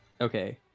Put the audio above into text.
Okay